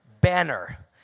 banner